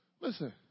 Listen